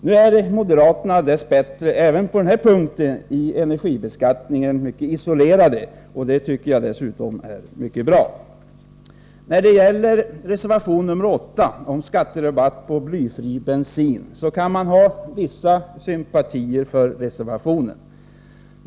Nu är moderaterna dess bättre även på den här punkten beträffande energibeskattningen mycket isolerade. Det tycker jag är mycket bra. När det gäller reservation 8, om skatterabatt på blyfri bensin, kan man ha vissa sympatier för den reservationen.